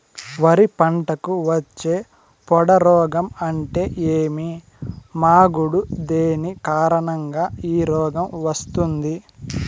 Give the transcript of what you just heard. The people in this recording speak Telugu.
వరి పంటకు వచ్చే పొడ రోగం అంటే ఏమి? మాగుడు దేని కారణంగా ఈ రోగం వస్తుంది?